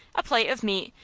a plate of meat,